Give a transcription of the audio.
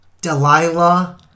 Delilah